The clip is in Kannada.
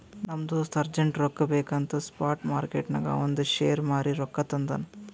ನಮ್ ದೋಸ್ತ ಅರ್ಜೆಂಟ್ ರೊಕ್ಕಾ ಬೇಕ್ ಅಂತ್ ಸ್ಪಾಟ್ ಮಾರ್ಕೆಟ್ನಾಗ್ ಅವಂದ್ ಶೇರ್ ಮಾರೀ ರೊಕ್ಕಾ ತಂದುನ್